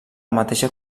mateixa